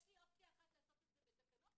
יש לי אופציה אחת שזה יהיה בתקנות,